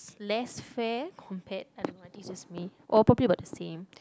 less fair compare alamak this is with me or probably about the same